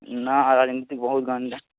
नहि राजनीतिक बहुत गन्दा